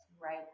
right